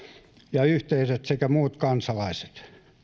ja yhteisöt sekä muut kansalaiset